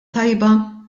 tajba